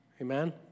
Amen